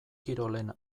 kirolen